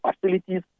facilities